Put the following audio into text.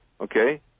okay